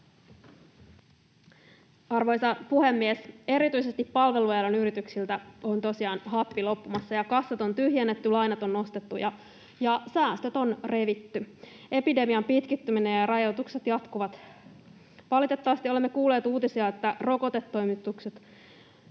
Arvoisa puhemies! Erityisesti palvelualan yrityksiltä on tosiaan happi loppumassa, kassat on tyhjennetty, lainat on nostettu ja säästöt on revitty. Epidemian pitkittyminen ja rajoitukset jatkuvat. Valitettavasti olemme kuulleet uutisia, että rokotetoimitukset